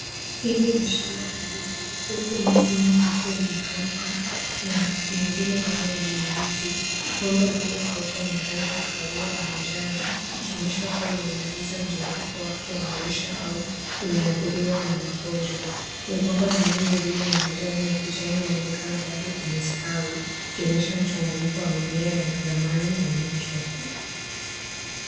Hili ni shamba la ndizi, huku miti mingi ikiwa imekauka na mengine bado ni mibichi. Migomba iliyokauka ina rangi ya kahawia na manjano, ikionyesha kuwa imemaliza mzunguko wake wa maisha au imeadhiriwa na magonjwa. Migomba mingine iliyo na majani ya kijani inaonekana bado inastawi, ikionyesha mchanganyiko wa mimea ya zamani na mpya.